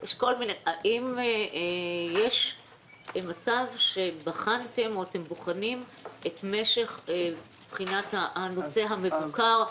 האם יש מצב שבחנתם או אתם בוחנים את משך בחינת הנושא המבוקר,